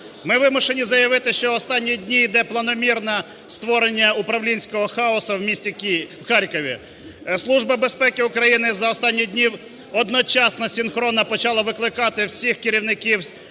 Ми вимушені заявити, що останні дні йде планомірне створення управлінського хаосу в місті Харкові. Служба безпеки України за останні дні одночасно синхронно почала викликати всіх керівників